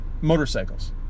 motorcycles